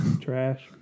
Trash